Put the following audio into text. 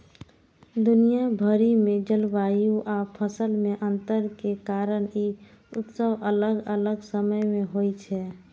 दुनिया भरि मे जलवायु आ फसल मे अंतर के कारण ई उत्सव अलग अलग समय मे होइ छै